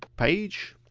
page.